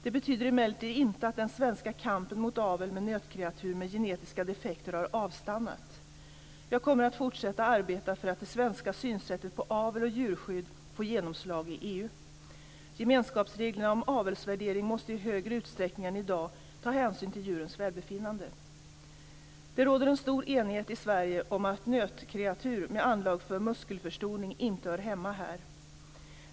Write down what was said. Det betyder emellertid inte att den svenska kampen mot avel med nötkreatur med genetiska defekter har avstannat. Jag kommer att fortsätta arbeta för att det svenska synsättet på avel och djurskydd får genomslag i EU. Gemenskapsreglerna om avelsvärdering måste i större utsträckning än i dag ta hänsyn till djurens välbefinnande. Det råder en stor enighet i Sverige om att nötkreatur med anlag för muskelförstoring inte hör hemma här.